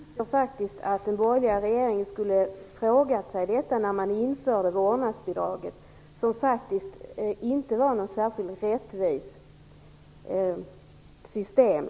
Fru talman! Jag tycker att den borgerliga regeringen skulle ha frågat sig detta när man införde vårdnadsbidraget, som inte var något särskilt rättvist system.